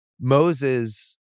Moses